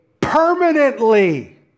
permanently